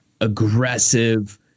aggressive